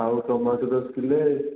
ଆଉ ଟମାଟୋ ଦଶ କିଲୋ